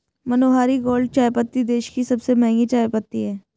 मनोहारी gold चायपत्ती देश की सबसे महंगी चायपत्ती है